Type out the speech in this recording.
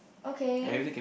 okay